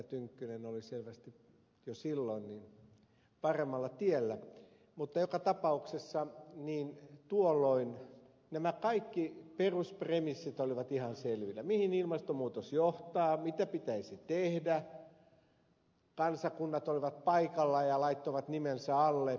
tynkkynen oli selvästi jo silloin paremmalla tiellä joka tapauksessa tuolloin nämä kaikki peruspremissit olivat ihan selvillä mihin ilmastonmuutos johtaa mitä pitäisi tehdä kansakunnat olivat paikalla ja laittoivat nimensä alle